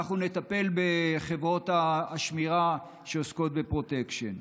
אנחנו נטפל בחברות השמירה שעוסקות בפרוטקשן.